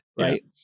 right